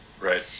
Right